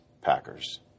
Packers